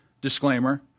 disclaimer